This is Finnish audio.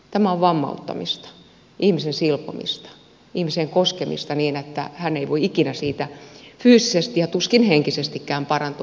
tämä on vammauttamista ihmisen silpomista ihmiseen koskemista niin että hän ei voi ikinä siitä fyysisesti ja tuskin henkisestikään parantua